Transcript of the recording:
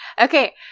Okay